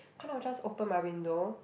kind of just open my window